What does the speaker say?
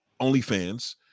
OnlyFans